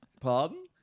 Pardon